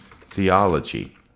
theology